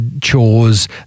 chores